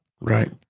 right